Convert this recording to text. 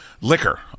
Liquor